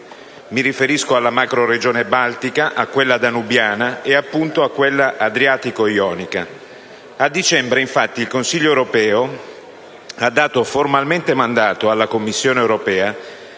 mi riferisco alla macroregione baltica, a quella danubiana e, appunto, a quella adriatico-ionica. A dicembre, infatti, il Consiglio europeo ha dato formalmente mandato alla Commissione europea